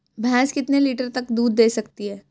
भैंस कितने लीटर तक दूध दे सकती है?